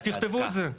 אז תכתבו את זה.